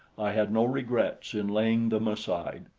i had no regrets in laying them aside.